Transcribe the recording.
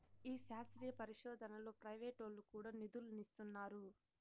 ఈ శాస్త్రీయ పరిశోదనలో ప్రైవేటోల్లు కూడా నిదులిస్తున్నారు